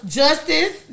justice